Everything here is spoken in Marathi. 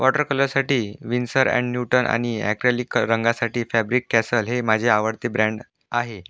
वॉटर कलरसाठी विन्सर अँड न्यूटन आणि ॲक्रेलिक क रंगासाठी फॅब्रिक कॅसल हे माझे आवडते ब्रँड आहे